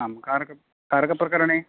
आं कारक कारकप्रकरणे